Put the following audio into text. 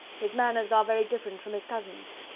his manners are very different from his cousin's.